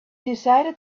decided